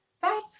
Bye